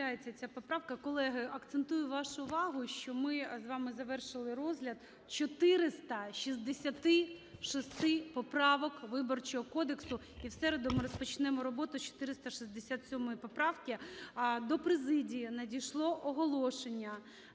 Відхиляється ця поправка. Колеги, акцентую вашу увагу, що ми з вами завершили розгляд 466 поправок Виборчого кодексу. І в середу ми розпочнемо роботу з 467 поправки. До президії надійшло оголошення.